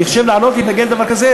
לעלות ולהתנגד לדבר כזה,